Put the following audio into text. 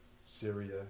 Syria